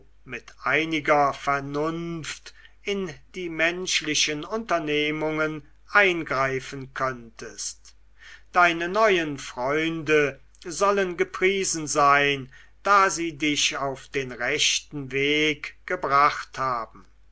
mit einiger vernunft in die menschlichen unternehmungen eingreifen könntest deine neuen freunde sollen gepriesen sein da sie dich auf den rechten weg gebracht haben